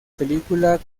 película